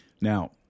Now